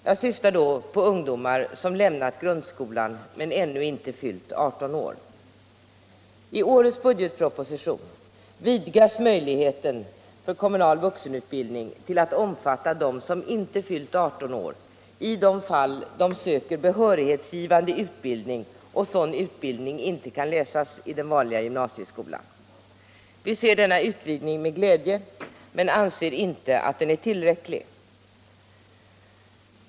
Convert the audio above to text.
Jag syftar då på ungdomar som lämnat grundskolan men ännu inte fyllt 18 år. I årets budgetproposition vidgas möjligheten att få kommunal vuxenutbildning till att omfatta dem som inte fyllt 18 år i de fall de söker behörighetsgivande utbildning och sådan utbildning inte kan ges i den vanliga gymnasieskolan. Vi ser denna utvidgning med glädje men anser inte att den är tillräcklig.